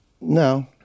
No